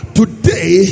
today